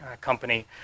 company